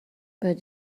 but